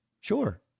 Sure